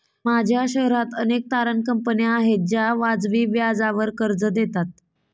माझ्या शहरात अनेक तारण कंपन्या आहेत ज्या वाजवी व्याजावर कर्ज देतात